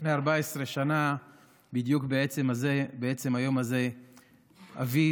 לפני 14 שנה בדיוק בעצם היום הזה אבי,